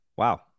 wow